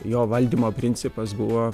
jo valdymo principas buvo